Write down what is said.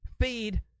feed